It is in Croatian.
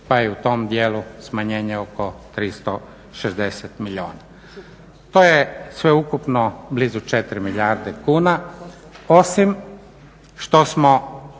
pa je u tom djelu smanjenje oko 360 milijuna. To je sveukupno blizu 4 milijarde kuna osim što smo